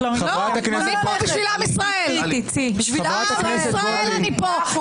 בשביל עם ישראל אני פה.